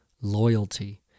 loyalty